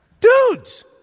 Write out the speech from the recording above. Dudes